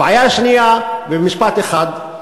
הבעיה השנייה, במשפט אחד,